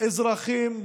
לא מכריזים על